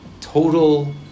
total